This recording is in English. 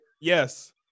yes